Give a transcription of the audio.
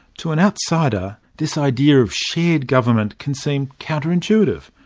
to an outsider, this idea of shared government can seem counterintuitive.